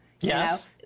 Yes